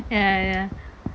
ya ya ya